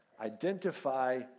Identify